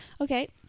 okay